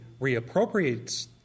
reappropriates